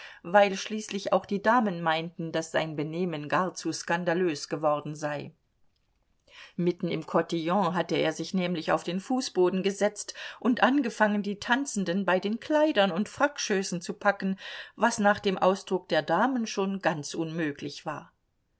weil schließlich auch die damen meinten daß sein benehmen gar zu skandalös geworden sei mitten im kotillon hatte er sich nämlich auf den fußboden gesetzt und angefangen die tanzenden bei den kleidern und frackschößen zu packen was nach dem ausdruck der damen schon ganz unmöglich war